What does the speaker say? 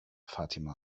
fatima